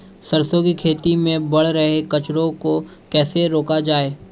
सरसों की खेती में बढ़ रहे कचरे को कैसे रोका जाए?